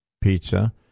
pizza